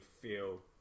feel